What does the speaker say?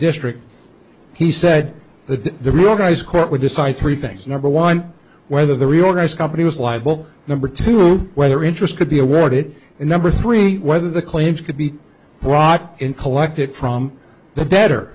district he said that the real guys court would decide three things number one whether the reorganized company was liable number two whether interest could be awarded and number three whether the claims could be rot in collected from the dead or